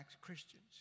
Christians